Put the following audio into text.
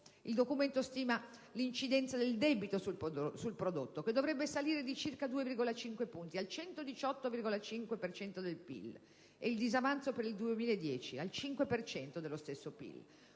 Il documento stima l'incidenza del debito sul prodotto, che dovrebbe salire di circa 2,5 punti, al 118,5 per cento del PIL, e il disavanzo, per il 2010, al 5 per cento dello stesso PIL.